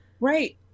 Right